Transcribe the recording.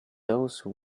those